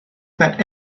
that